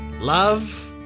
Love